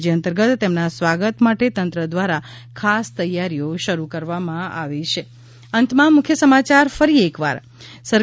જે અતંર્ગત તેમના સ્વાગત માટે તંત્ર દ્વારા ખાસ તૈયારીઓ શરૂ કરાઇ છે